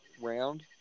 round